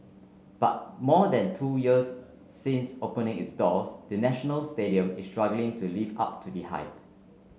but more than two years since opening its doors the National Stadium is struggling to live up to the hype